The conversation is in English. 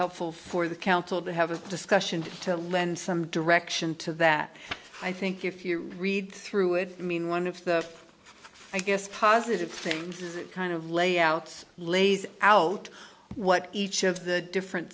helpful for the council to have a discussion to lend some direction to that i think if you read through it i mean one of the i guess positive things is it kind of lay out lays out what each of the different